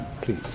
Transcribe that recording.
please